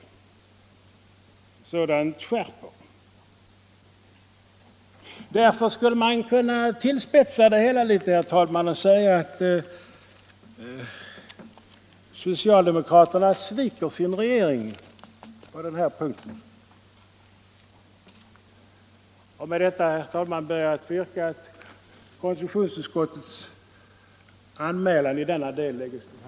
Sådant skärper. Därför skulle man kunna tillspetsa det hela litet och säga att socialdemokraterna sviker sin regering på den här punkten. Med detta ber jag, herr talman, att få yrka att konstitutionsutskottets anmälan i denna del läggs till handlingarna.